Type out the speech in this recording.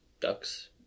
Ducks